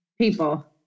people